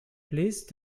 please